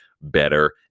better